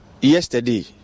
yesterday